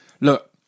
look